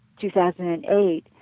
2008